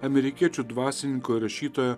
amerikiečių dvasininko rašytojo